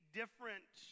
different